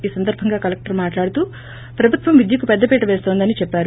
ఈ సందర్బంగా కలెక్షర్ మాట్లాడుతూ ప్రభుత్వం ్విద్యకు పెద్దపీట పేస్తున్న దని చెప్పారు